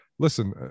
Listen